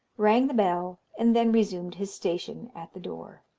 rang the bell, and then resumed his station at the door.